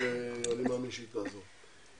אני מאמין שהיא תעזור.